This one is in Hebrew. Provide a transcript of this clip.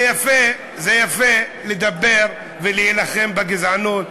זה יפה לדבר ולהילחם בגזענות,